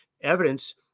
evidence